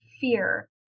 fear